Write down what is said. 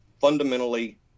fundamentally